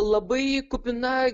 labai kupina